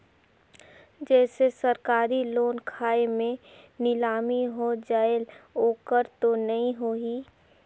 जैसे सरकारी लोन खाय मे नीलामी हो जायेल ओकर तो नइ होही?